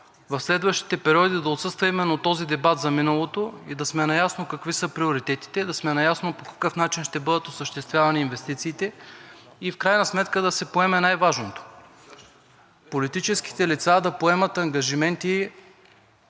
в следващите периоди да отсъства именно този дебат за миналото и да сме наясно какви са приоритети, да сме наясно по какъв начин ще бъдат осъществявани инвестициите и в крайна сметка да се поеме най-важното – политическите лица да поемат ангажименти